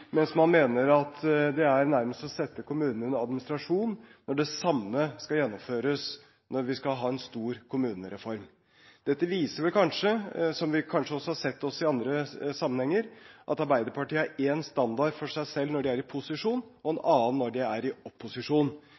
mens de mener at det nærmest er å sette kommunene under administrasjon når det samme skal gjennomføres når vi skal ha en stor kommunereform. Dette viser vel kanskje – som vi har sett også i andre sammenhenger – at Arbeiderpartiet har én standard for seg selv når de er i posisjon, og en annen når de er i opposisjon.